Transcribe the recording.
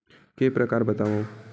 के प्रकार बतावव?